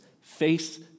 face